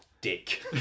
Dick